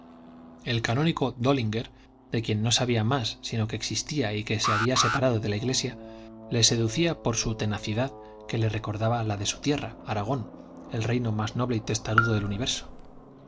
el canónigo dllinger de quien no sabía más sino que existía y que se había separado de la iglesia le seducía por su tenacidad que le recordaba la de su tierra aragón el reino más noble y testarudo del universo los